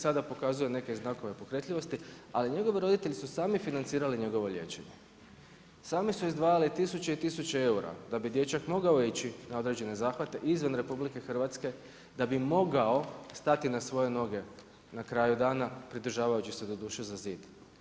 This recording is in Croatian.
Sada pokazuje neke znakove pokretljivosti, ali njegovi roditelji su sami financirali njegovo liječenje, sami su izdvajali tisuće i tisuće eura da bi dječak mogao ići na određene zahvate izvan RH, da bi mogao stati na svoje noge na kraju dana pridržavajući se doduše za zid.